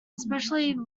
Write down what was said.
especially